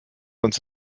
uns